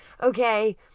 okay